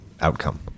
Outcome